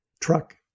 truck